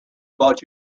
about